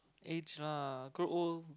age lah grow old